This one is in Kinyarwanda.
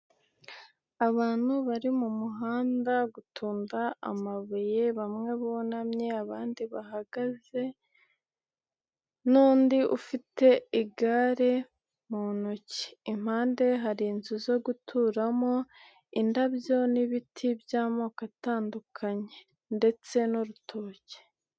Abantu bari mu muhanda gutunda amabuye, bamwe bunamye, abandi bahagaze, n'undi ufite igare mu ntoki, impande hari inzu zo guturamo, indabyo n'ibiti by'amoko atandukanye, ndetse n'urutoki.